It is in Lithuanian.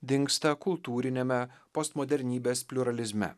dingsta kultūriniame postmodernybės pliuralizme